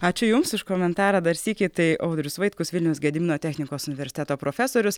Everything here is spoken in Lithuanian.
ačiū jums už komentarą dar sykį tai audrius vaitkus vilniaus gedimino technikos universiteto profesorius